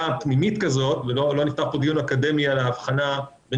פנימית כזאת ולא נפתח פה דיון אקדמי על ההבחנה בין